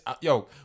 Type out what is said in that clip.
Yo